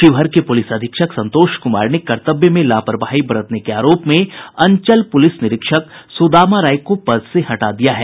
शिवहर के पुलिस अधीक्षक संतोष कुमार ने कर्तव्य में लापरवाही बरतने के आरोप में अंचल पुलिस निरीक्षक सुदामा राय को पद से हटा दिया है